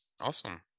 Awesome